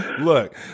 look